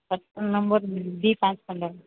number ଦୁଇ ପାଞ୍ଚ ଖଣ୍ଡ